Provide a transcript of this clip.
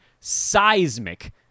Seismic